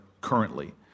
currently